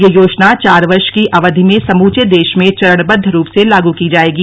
यह योजना चार वर्ष की अवधि में समूचे देश में चरणबद्व रूप से लागू की जायेगी